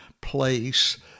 place